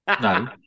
No